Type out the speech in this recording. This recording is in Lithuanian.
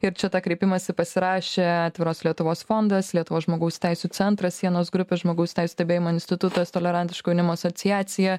ir čia tą kreipimąsi pasirašė atviros lietuvos fondas lietuvos žmogaus teisių centras sienos grupė žmogaus teisių stebėjimo institutas tolerantiško jaunimo asociacija